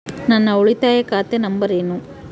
ನನ್ನ ಉಳಿತಾಯ ಖಾತೆ ನಂಬರ್ ಏನು?